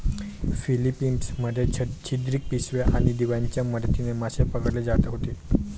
Philippines मध्ये छिद्रित पिशव्या आणि दिव्यांच्या मदतीने मासे पकडले जात होते